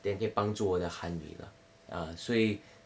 then 可以帮助我的韩语啦 ah